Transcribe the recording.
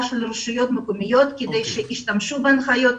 של הרשויות המקומיות כדי שישתמשו בהנחיות,